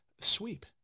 sweep